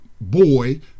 boy